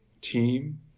team